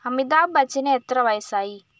അമിതാഭ് ബച്ചന് എത്ര വയസ്സായി